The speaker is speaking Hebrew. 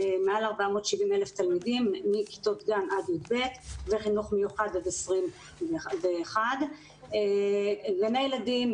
מעל 470,000 תלמידים מכיתות גן עד י"ב וחינוך מיוחד עד 21. גני ילדים,